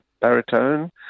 baritone